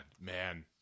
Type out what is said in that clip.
man